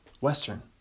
Western